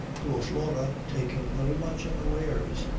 poor flora, taken very much unawares,